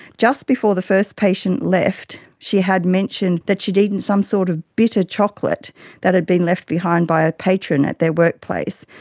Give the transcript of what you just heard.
just before the first patient left, she had mentioned that she had eaten some sort of bitter chocolate that had been left behind by a patron at their workplace,